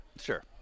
Sure